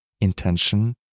intention